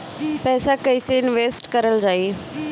पैसा कईसे इनवेस्ट करल जाई?